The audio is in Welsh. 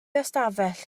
ystafell